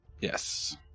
Yes